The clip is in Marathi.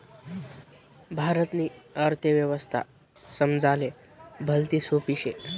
भारतनी अर्थव्यवस्था समजाले भलती सोपी शे